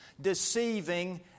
deceiving